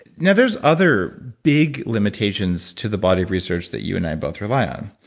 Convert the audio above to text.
yeah there's other big limitations to the body of research that you and i both rely on.